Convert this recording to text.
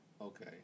Okay